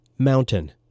mountain